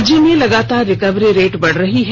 राज्य में लगातार रिकवरी रेट बढ़ रहा है